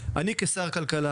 אני כשר הכלכלה